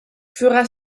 feras